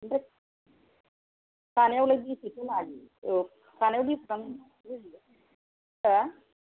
ओमफ्राय खानायावलाय बेसेथो लायो औ खानायाव बेसेबां हो